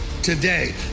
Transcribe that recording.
today